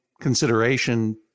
consideration